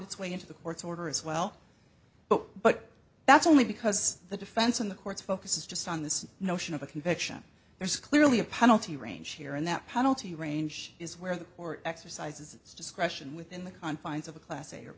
its way into the courts order as well but but that's only because the defense in the courts focuses just on this notion of a conviction there's clearly a penalty range here and that penalty range is where the or exercises its discretion within the confines of a class a